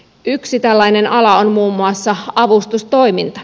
yksi tällainen ala on muun muassa avustustoiminta